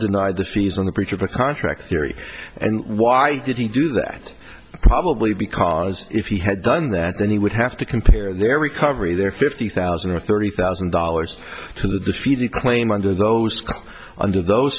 denied the fees on the breach of the contract theory and why did he do that probably because if he had done that then he would have to compare their we cover their fifty thousand or thirty thousand dollars to feed the claim under those under those